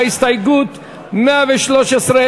ההסתייגות של קבוצת סיעת ש"ס,